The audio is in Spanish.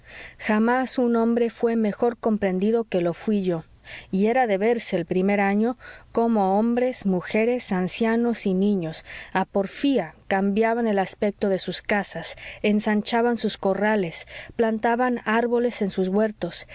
jamás un hombre fué mejor comprendido que lo fuí yo y era de verse el primer año como hombres mujeres ancianos y niños a porfía cambiaban el aspecto de sus casas ensanchaban sus corrales plantaban árboles en sus huertos